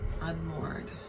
unmoored